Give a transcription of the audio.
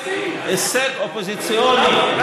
למה לא